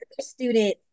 student